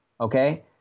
okay